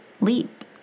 leap